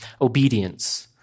obedience